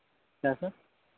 क्या सर